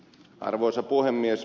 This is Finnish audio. arvoisa puhemies